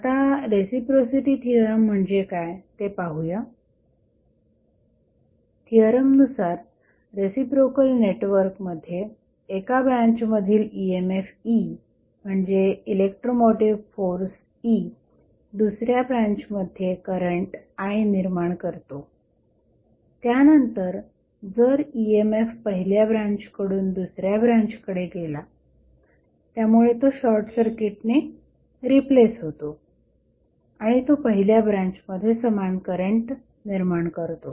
आता reciprocity theorem म्हणजे काय ते पाहूया थिअरमनुसार रेसिप्रोकल नेटवर्क मध्ये एका ब्रांचमधील emf E म्हणजे इलेक्ट्रोमोटिव्ह फोर्स E दुसऱ्या ब्रांचमध्ये करंट I निर्माण करतो त्यानंतर जर emf पहिल्या ब्रांचकडून दुसऱ्या ब्रांचकडे नेला त्यामुळे तो शॉर्टसर्किटने रिप्लेस होतो आणि तो पहिल्या ब्रांचमध्ये समान करंट निर्माण करतो